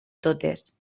totes